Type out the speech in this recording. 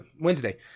Wednesday